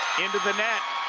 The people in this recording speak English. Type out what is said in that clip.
into the net,